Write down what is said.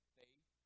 faith